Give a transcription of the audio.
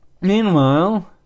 meanwhile